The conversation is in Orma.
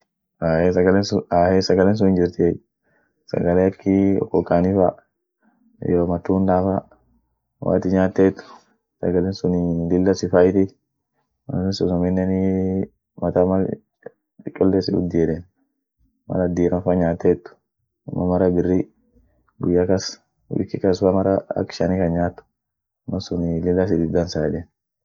Ahey sagalen sun ahey sagalen sun hinjirtiey, sagale akii okokani fa iyo matunda fa woatin nyaatet, sagalen sunii lilla sifaiti, amin sunuminenii mata mal ak cholle si uddi eden, mal at diram fa nyaatet, ama mara birri guya kas wiki kas fa mara ak shanikan nyaat mal sunii lilla siti dansa eden.